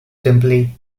simply